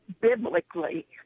biblically